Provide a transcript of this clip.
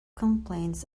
complaints